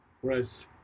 whereas